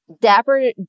dapper